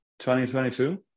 2022